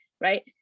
right